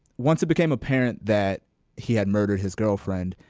once it became apparent that he had murdered his girlfriend,